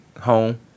Home